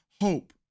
hope